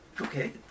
Okay